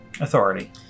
Authority